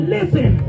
Listen